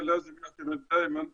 אם יש מורשת ומסורת המנוגדים